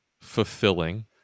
fulfilling